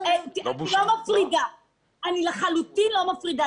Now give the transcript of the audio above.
אני לחלוטין לא מפרידה.